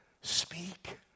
Speak